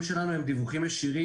הדיווחים שלנו הם דיווחים ישירים,